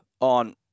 on